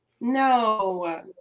No